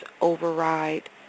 override